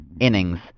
innings